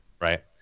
right